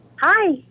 hi